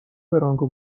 برانکو